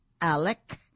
Alec